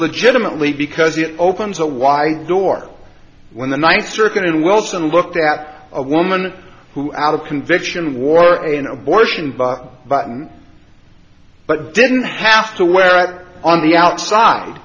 legitimately because it opens a wide door when the ninth circuit in wilson looked at a woman who out of conviction wore in abortion but button but didn't have to wear it on the outside